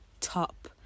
top